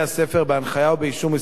בהנחיה ובאישור של משרדך,